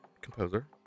Composer